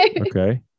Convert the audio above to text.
Okay